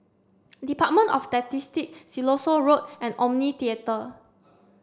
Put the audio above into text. department of Statistics Siloso Road and Omni Theatre